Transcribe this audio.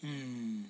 mm